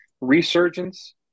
resurgence